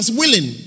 willing